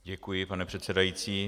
Děkuji, pane předsedající.